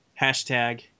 hashtag